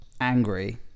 angry